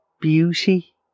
beauty